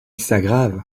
s’aggravent